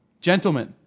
Gentlemen